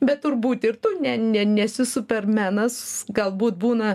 bet turbūt ir tu ne ne nesi supermenas galbūt būna